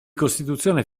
costituzione